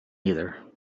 either